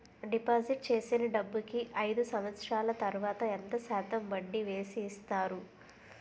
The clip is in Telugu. డిపాజిట్ చేసిన డబ్బుకి అయిదు సంవత్సరాల తర్వాత ఎంత శాతం వడ్డీ వేసి ఇస్తారు?